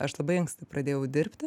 aš labai anksti pradėjau dirbti